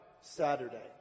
Saturday